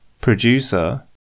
Producer